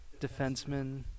defenseman